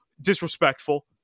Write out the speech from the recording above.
disrespectful